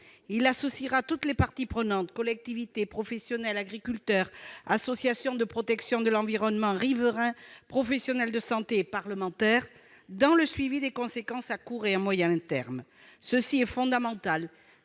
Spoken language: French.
associera toutes les parties prenantes- collectivités, professionnels, agriculteurs, associations de protection de l'environnement, riverains, professionnels de santé, parlementaires ... -dans le suivi des conséquences à court et moyen terme. Il est fondamental